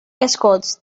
escorts